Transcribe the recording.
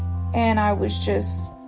and i was just,